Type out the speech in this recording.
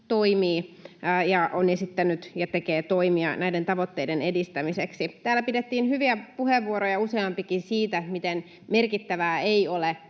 toimii ja on esittänyt ja tekee toimia näiden tavoitteiden edistämiseksi. Täällä pidettiin useampiakin hyviä puheenvuoroja siitä, miten merkittävää ei ole